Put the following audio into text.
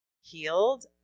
healed